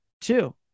two